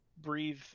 breathe